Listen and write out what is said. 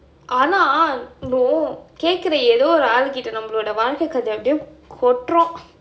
ஆனா:aanaa no கேக்குற எதோ ஒரு ஆளுகிட்ட நம்மளோட வாழ்க்க கதைய அப்டி கொட்டுறோம்:kekkura etho oru aalukitta nammaloda vaalkka kathaya apdi kotrom